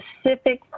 specific